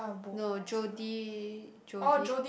no Jodi Jodi